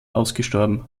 ausgestorben